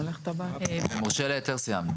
עם המורשה להיתר סיימנו?